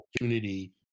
opportunity